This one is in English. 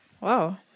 Wow